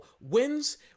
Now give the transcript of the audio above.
wins